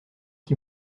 qui